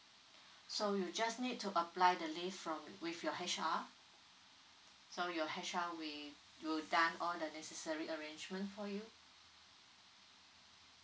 so you just need to apply the leave from with your H_R so your H_R we will done all the necessary arrangement for you